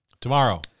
Tomorrow